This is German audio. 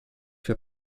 für